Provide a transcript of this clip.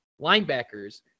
linebackers